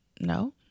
No